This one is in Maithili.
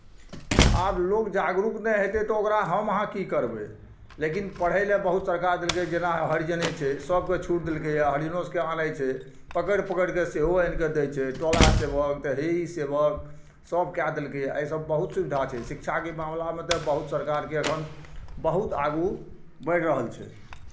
आब लोक जागरुक नहि हेतै तऽ ओकरा हम अहाँ की करबै लेकिन पढ़य लए बहुत सरकार देलकै जेना हरिजने छै सभकेँ छूट देलकैए हरिजनो सभकेँ आनै छै पकड़ि पकड़ि कऽ सेहो आनि कऽ दै छै टोला सेवक तऽ हे ई सेवक सभ कए देलकैए एहिसँ बहुत सुविधा छै शिक्षाके मामिलामे तऽ बहुत सरकारके एखन बहुत आगू बढ़ि रहल छै